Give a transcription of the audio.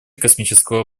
космического